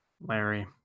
Larry